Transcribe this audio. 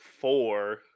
four